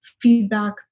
feedback